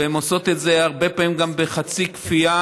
והן עושות את זה הרבה פעמים גם בחצי כפייה,